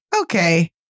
Okay